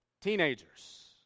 Teenagers